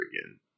again